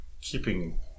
Keeping